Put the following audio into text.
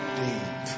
deep